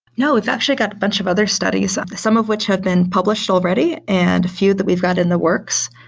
no. we've actually got a bunch of other studies, some of which have been published already and few that we've got in the works.